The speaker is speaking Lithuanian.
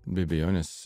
be abejonės